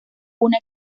una